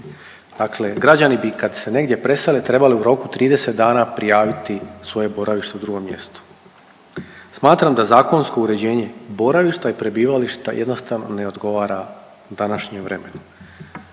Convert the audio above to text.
Dakle, građani bi kad se negdje presele trebali u roku 30 dana prijaviti svoje boravište u drugom mjestu. Smatram da zakonsko uređenje boravišta i prebivališta jednostavno ne odgovara današnjem vremenu.